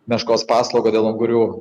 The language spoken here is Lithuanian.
meškos paslaugą dėl ungurių